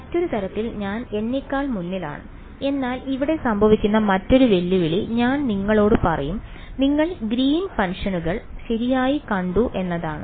മറ്റൊരു തരത്തിൽ ഞാൻ എന്നെക്കാൾ മുന്നിലാണ് എന്നാൽ ഇവിടെ സംഭവിക്കുന്ന മറ്റൊരു വെല്ലുവിളി ഞാൻ നിങ്ങളോട് പറയും നിങ്ങൾ ഗ്രീനിന്റെ ഫംഗ്ഷനുകൾ ശരിയായി കണ്ടു എന്നതാണ്